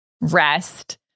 rest